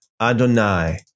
Adonai